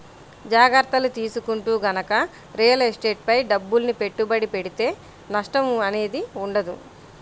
జాగర్తలు తీసుకుంటూ గనక రియల్ ఎస్టేట్ పై డబ్బుల్ని పెట్టుబడి పెడితే నష్టం అనేది ఉండదు